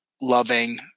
loving